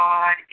God